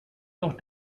noch